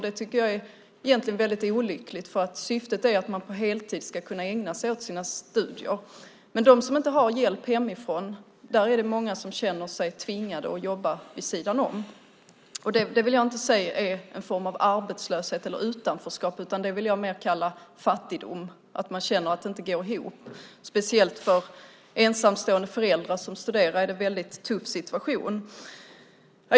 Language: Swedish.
Jag tycker att det är olyckligt, för syftet är ju att man på heltid ska kunna ägna sig åt sina studier. Men bland dem som inte har hjälp hemifrån finns det många som känner sig tvingade att jobba vid sidan om. Jag vill inte kalla det för en form av arbetslöshet eller utanförskap, utan snarare för fattigdom. Man känner att det inte går ihop. Speciellt för ensamstående föräldrar som studerar är det en tuff situation.